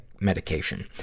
medication